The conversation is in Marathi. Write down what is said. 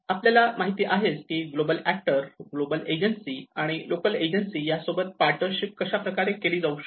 आपल्याला माहिती आहेच की ग्लोबल ऍक्टर ग्लोबल एजन्सी आणि लोकल एजन्सी यासोबत पार्टनरशिप कशा प्रकारे केली जाऊ शकते